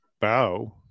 bow